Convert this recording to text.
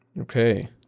Okay